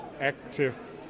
active